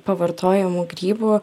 pavartojamų grybų